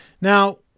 Now